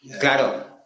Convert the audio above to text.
Claro